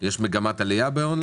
יש מגמת עלייה באון-ליין?